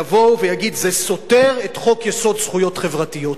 יבוא ויגיד: זה סותר את חוק-יסוד: זכויות חברתיות.